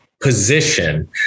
position